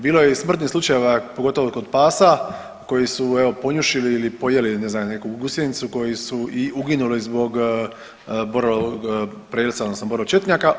Bilo je i smrtnih slučajeva pogotovo kod pasa koji su evo ponjušili ili pojeli ne znam neku gusjenicu koji su i uginuli zbog borovog prelca odnosno boro četnjaka.